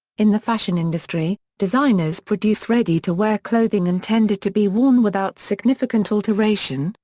in the fashion industry designers produce ready-to-wear clothing intended to be worn without significant alteration,